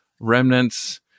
remnants